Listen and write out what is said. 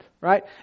right